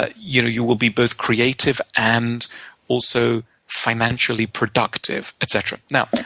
ah you know you will be both creative and also financially productive, etc. now,